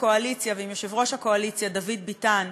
הקואליציה ועם יושב-ראש הקואליציה דוד ביטן,